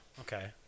Okay